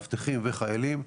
מאבטחים וחיילים,